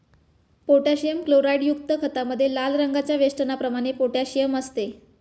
potassium क्लोराईडयुक्त खतामध्ये लाल रंगाच्या वेष्टनाप्रमाणे पोटॅशियम असते